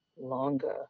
longer